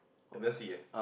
never see ah